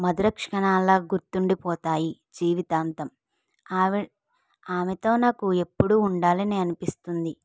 మధుర క్షణాలాగా గుర్తుండిపోతాయి జీవితాంతం ఆవిడ్ ఆమెతో నాకు ఎప్పుడు ఉండాలని అనిపిస్తుంది